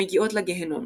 המגיעות לגיהנום.